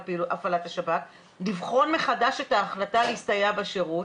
הפעלת השב"כ לבחון מחדש את ההחלטה להסתייע בשירות,